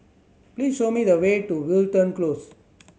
please show me the way to Wilton Close